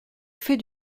fait